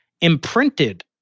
imprinted